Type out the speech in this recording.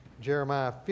Jeremiah